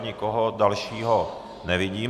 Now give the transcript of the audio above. Nikoho dalšího nevidím.